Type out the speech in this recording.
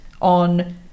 on